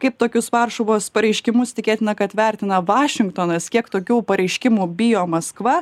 kaip tokius varšuvos pareiškimus tikėtina kad vertina vašingtonas kiek tokių pareiškimų bijo maskva